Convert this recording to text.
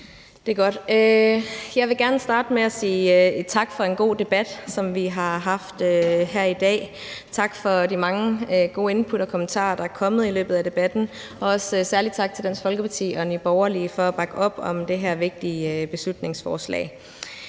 Jessen (DD): Jeg vil gerne starte med at sige tak for den gode debat, som vi har haft her i dag, og tak for de mange gode input og kommentarer, der er kommet i løbet af debatten, og også en særlig tak til Dansk Folkeparti og Nye Borgerlige for at bakke op om det her vigtige beslutningsforslag.